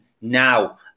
now